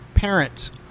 Parents